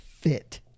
fit